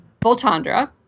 Voltandra